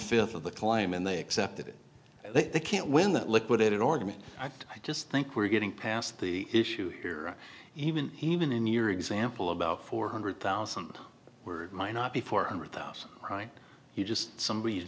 fifth of the claim and they accepted it and they can't win that liquidated argument i just think we're getting past the issue here even heman in your example about four hundred thousand were might not be four hundred thousand right he just somebody